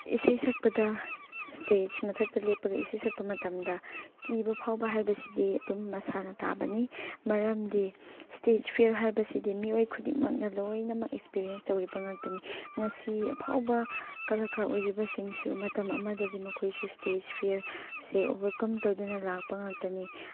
ꯏꯁꯩ ꯁꯛꯄꯗ ꯏꯁꯇꯦꯖ ꯃꯊꯛꯇ ꯂꯦꯞꯄꯒ ꯏꯁꯩ ꯁꯛꯄ ꯃꯇꯝꯗ ꯀꯤꯕ ꯐꯥꯎꯕ ꯍꯥꯏꯕꯁꯤꯗꯤ ꯑꯗꯨꯝ ꯃꯁꯥꯅ ꯇꯥꯕꯅꯤ ꯃꯔꯝꯗꯤ ꯏꯁꯇꯦꯖ ꯐꯤꯌꯔ ꯍꯥꯏꯕꯁꯤꯗꯤ ꯃꯤꯑꯣꯏ ꯈꯨꯗꯤꯡꯃꯛꯅ ꯂꯣꯏꯅꯃꯛ ꯑꯦꯛꯁꯄꯤꯔꯤꯌꯦꯟꯁ ꯇꯧꯔꯤꯕ ꯉꯥꯛꯇꯅꯤ ꯉꯁꯤ ꯑꯐꯥꯎꯕ ꯀꯂꯀꯥꯔ ꯑꯣꯏꯔꯤꯕꯁꯤꯡꯁꯨ ꯃꯇꯝ ꯑꯃꯗꯗꯤ ꯃꯈꯣꯏꯁꯨ ꯏꯁꯇꯦꯖ ꯐꯤꯌꯔꯁꯦ ꯑꯣꯚꯔꯀꯝ ꯇꯧꯗꯨꯅ ꯂꯥꯛꯄ ꯉꯥꯛꯇꯅꯤ